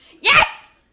Yes